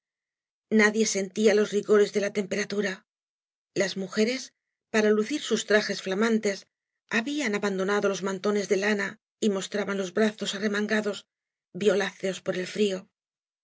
nadie seotia lo rigores de la temperatura las mujeres para lucir sus trajes flamantes habían abandonado loa mantones de lana y mostraban los brazos arremangadjg violáceos por el frío